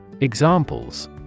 Examples